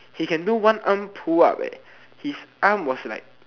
he can do one arm pull up eh his arm was like